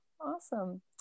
Awesome